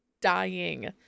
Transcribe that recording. dying